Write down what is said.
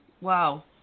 Wow